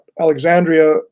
Alexandria